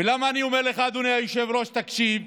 ולמה אני אומר לך, אדוני היושב-ראש: תקשיב?